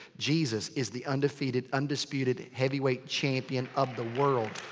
jesus is the undefeated. undisputed. heavyweight champion of the world.